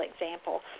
example